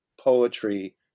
poetry